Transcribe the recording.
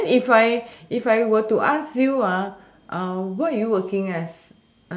if I if I were to ask you ah what are you working as